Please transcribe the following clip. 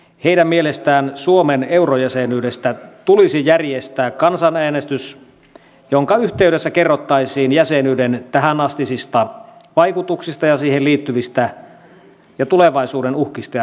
heidän mielestään suomen eurojäsenyydestä tulisi järjestää kansanäänestys jonka yhteydessä kerrottaisiin jäsenyyden tähänastisista vaikutuksista ja siihen liittyvistä tulevaisuuden uhkista ja riskeistä